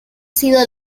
sido